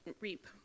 reap